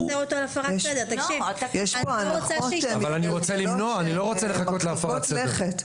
אני רוצה למנוע, אני לא רוצה לחכות להפרת סדר.